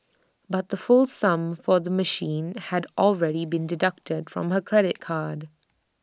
but the full sum for the machine had already been deducted from her credit card